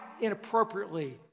inappropriately